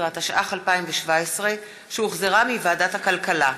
15) התשע"ח 2017, שהוחזרה מוועדת הכלכלה.